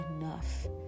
enough